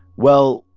well,